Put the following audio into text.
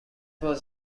was